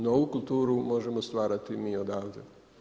Novu kulturu možemo stvarati mi odavde.